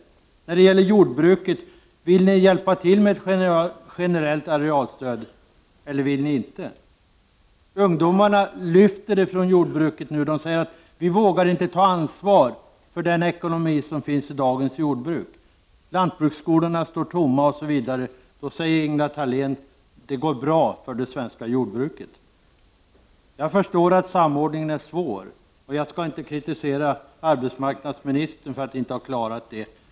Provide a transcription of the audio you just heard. När det gäller jordbruket, vill ni hjälpa till med ett generellt arealstöd, eller vill ni inte? Ungdomarna ”lyfter” från jordbruket nu. De säger: Vi vågar inte ta ansvar för den ekonomi som finns i dagens jordbruk. Lantbruksskolorna står tomma — osv. Då säger Ingela Thalén: Det går bra för det svenska jordbruket! Jag förstår att samordningen är svår, och jag skall inte kritisera arbetsmarknadsministern för att hon inte har klarat det.